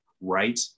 right